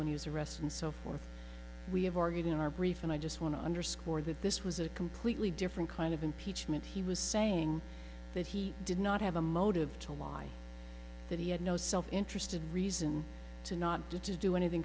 when he was arrested and so forth we have argued in our brief and i just want to underscore that this was a completely different kind of impeachment he was saying that he did not have a motive to lie that he had no self interested reason to not to to do anything